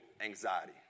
anxiety